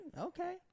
Okay